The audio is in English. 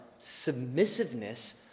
submissiveness